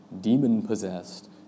demon-possessed